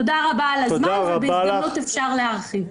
תודה רבה על הזמן ובהזדמנות אפשר להרחיב.